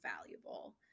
valuable